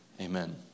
Amen